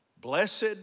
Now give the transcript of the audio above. Blessed